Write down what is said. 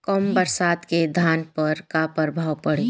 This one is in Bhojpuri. कम बरसात के धान पर का प्रभाव पड़ी?